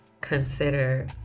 consider